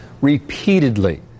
repeatedly